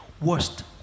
Worst